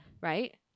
right